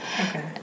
okay